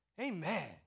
Amen